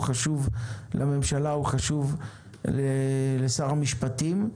הוא חשוב לממשלה הוא חשוב לשר המשפטים.